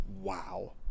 wow